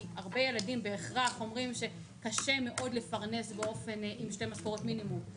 כי הרבה ילדים בהכרח אומרים שקשה מאוד לפרנס עם שתי משכורות מינימום.